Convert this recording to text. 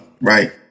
right